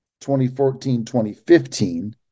2014-2015